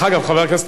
חבר הכנסת פרץ,